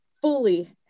fully